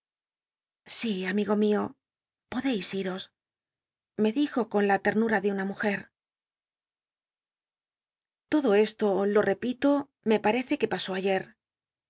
si amigo mio podcis ims me dijo on la tcrnum de tlll l mnjct fodo esto lo t'cpilo mr patcce que pasó ayct